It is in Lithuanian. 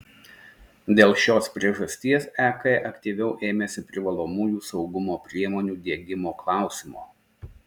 dėl šios priežasties ek aktyviau ėmėsi privalomųjų saugumo priemonių diegimo klausimo